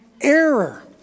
error